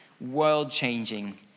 world-changing